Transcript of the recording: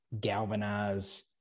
galvanize